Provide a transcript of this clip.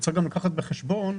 צריך גם לקחת בחשבון,